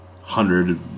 hundred